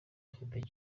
afite